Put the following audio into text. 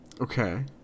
Okay